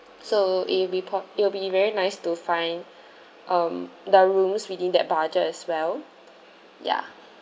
so it will be po~ it will be very nice to find um the rooms within that budget as well ya